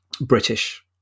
British